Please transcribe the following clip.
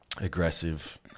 aggressive